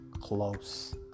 close